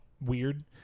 weird